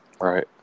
right